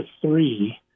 three